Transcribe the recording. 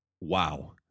wow